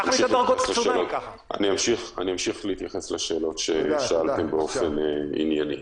אמשיך להתייחס לשאלות ששאלתם באופן ענייני.